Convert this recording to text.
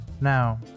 Now